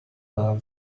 love